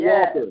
Yes